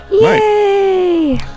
Yay